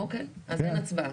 אוקיי, אז אין הצבעה.